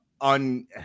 on